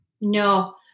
no